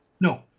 No